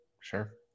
sure